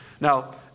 Now